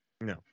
No